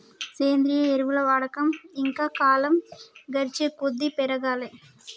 సేంద్రియ ఎరువుల వాడకం ఇంకా కాలం గడిచేకొద్దీ పెరగాలే